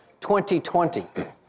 2020